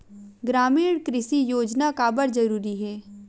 ग्रामीण कृषि योजना काबर जरूरी हे?